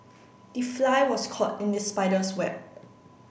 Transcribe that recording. the fly was caught in the spider's web